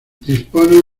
dispone